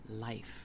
life